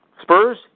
Spurs